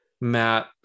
Matt